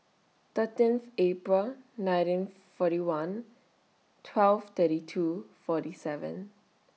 thirteenth April nineteen forty one twelve thirty two forty seven